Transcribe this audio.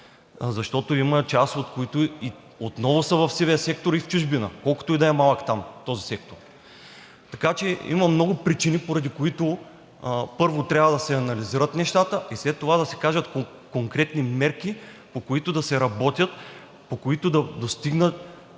защото част от тях са в сивия сектор и в чужбина, колкото и да е малък там този сектор. Така че има много причини, поради които първо трябва да се анализират нещата и след това да се кажат конкретни мерки, по които да се работи, по които да достигнат